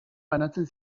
banatzen